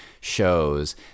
shows